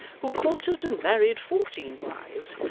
who courted and married fourteen wives,